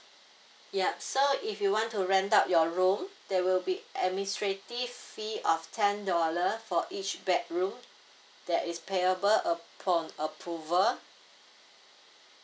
yup so if you want to rent out your room there will be administrative fee of ten dollar for each bedroom that is payable upon approval